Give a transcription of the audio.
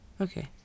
Okay